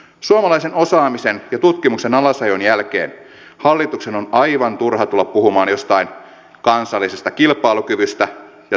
suomalaisen osaamisen ja tutkimuksen alasajon jälkeen hallituksen on aivan turha tulla puhumaan jostain kansallisesta kilpailukyvystä ja tuottavuusloikasta